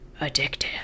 Addictive